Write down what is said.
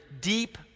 deep